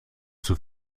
zur